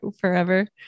forever